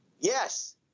Yes